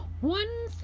one